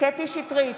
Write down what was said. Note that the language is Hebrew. קטי קטרין שטרית,